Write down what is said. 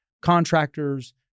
contractors